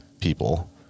people